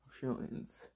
Feelings